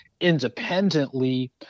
Independently